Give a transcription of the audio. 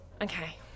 Okay